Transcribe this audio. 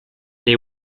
they